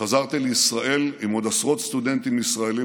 חזרתי לישראל מארצות הברית עם עוד עשרות סטודנטים ישראלים,